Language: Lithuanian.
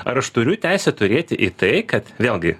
ar aš turiu teisę turėti į tai kad vėlgi